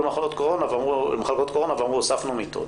למחלקות קורונה ואמרו שהוסיפו מיטות.